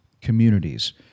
communities